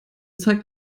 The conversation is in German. zeigt